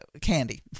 candy